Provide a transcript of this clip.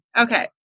Okay